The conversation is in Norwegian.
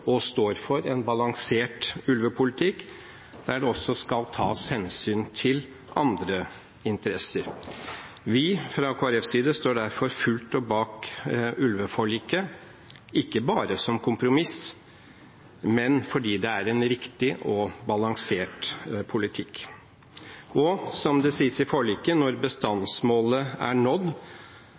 og står for, en balansert ulvepolitikk, der det også skal tas hensyn til andre interesser. Vi fra Kristelig Folkeparti står derfor fullt ut bak ulveforliket, ikke bare som kompromiss, men fordi det er en riktig og balansert politikk. Som det sies i forliket: når bestandsmålet er nådd